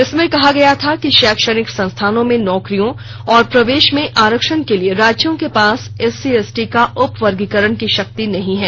इसमें कहा गया था कि शैक्षणिक संस्थानों में नौकरियों और प्रवेश में आरक्षण के लिए राज्यों के पास एससी एसटी का उपवर्गीकरण की शक्ति नहीं है